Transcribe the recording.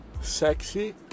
Sexy